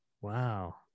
Wow